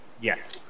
Yes